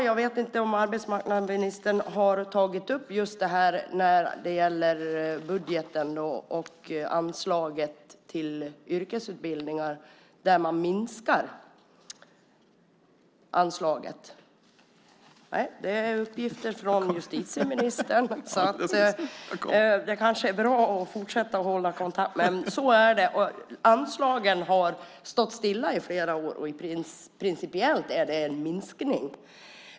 Jag vet inte om arbetsmarknadsministern har tagit upp just det som gäller budgeten och anslaget till yrkesutbildningar som minskar. Det är uppgifter från justitieministern. Det kanske vore bra att fortsätta att hålla kontakten. Så är det. Anslagen har stått stilla flera år, och principiellt är det en minskning.